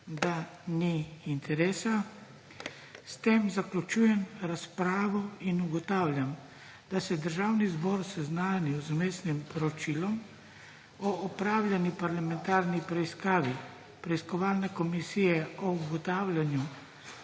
da ni interesa. S tem zaključujem razpravo. Ugotavljam, da se je Državni zbor seznanil z Vmesnim poročilom o opravljeni parlamentarni preiskavi Preiskovalne komisije o ugotavljanju